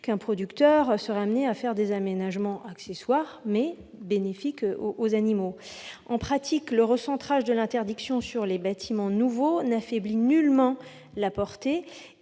qu'un producteur soit amené à faire des aménagements accessoires, mais bénéfiques aux animaux. En pratique, le recentrage de l'interdiction sur les bâtiments nouveaux n'affaiblit nullement la portée